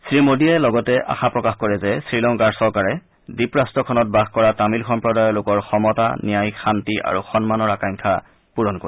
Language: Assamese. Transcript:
শ্ৰীমোদীয়ে লগতে আশা প্ৰকাশ কৰে যে শ্ৰীলংকাৰ চৰকাৰে দ্বীপৰট্টখনত বাস কৰা তামিল সম্প্ৰদায়ৰ লোকৰ সমতা ন্যায় শান্তি আৰু সন্মানৰ আকাংক্ষা পূৰণ কৰিব